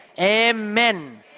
Amen